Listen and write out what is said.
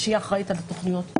האחראית על התוכניות,